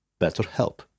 BetterHelp